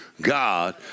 God